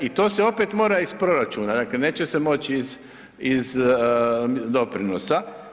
I to se opet mora iz proračuna, dakle neće se moći iz doprinosa.